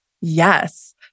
Yes